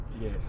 Yes